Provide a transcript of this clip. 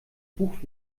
buch